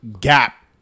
gap